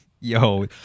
Yo